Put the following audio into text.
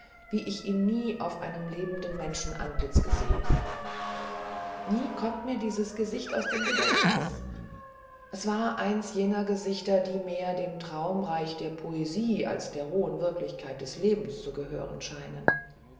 wie ich ihn nie auf einem lebenden menschenantlitz gesehen nie kommt mir dieses gesicht aus dem gedächtnisse es war eins jener gesichter die mehr dem traumreich der poesie als der rohen wirklichkeit des lebens zu gehören scheinen